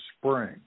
spring